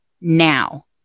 now